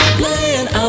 playing